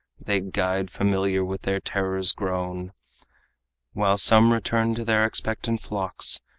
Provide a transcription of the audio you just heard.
their guide familiar with their terrors grown while some return to their expectant flocks,